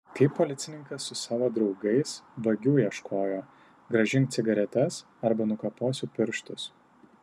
kaip policininkas su savo draugais vagių ieškojo grąžink cigaretes arba nukaposiu pirštus